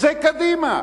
זה קדימה.